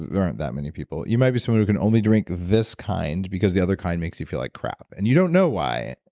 there aren't that many people, you might be someone who can only drink this kind because the other kind makes you feel like crap and you don't know why,